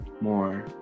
more